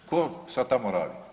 Tko sad tamo radi?